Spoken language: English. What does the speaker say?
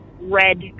red